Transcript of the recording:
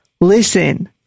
listen